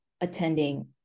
attending